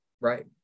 Right